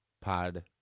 pod